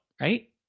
right